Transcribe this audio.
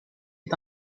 est